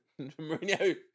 Mourinho